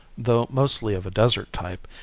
though mostly of a desert type,